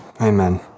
Amen